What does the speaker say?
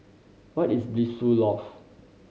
where is Blissful Loft